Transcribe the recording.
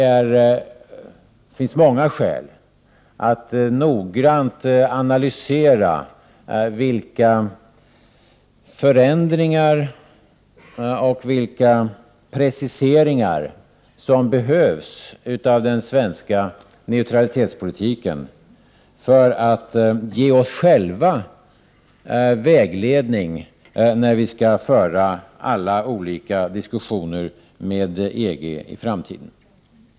Det finns många skäl att noggrant analysera vilka förändringar och vilka preciseringar som behövs av den svenska neutralitetspolitiken för att ge oss själva vägledning när vi skall föra alla olika diskussioner med EG i framtiden.